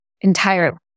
entirely